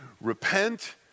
repent